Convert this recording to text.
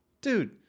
Dude